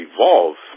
Evolve